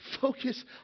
focus